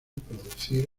producir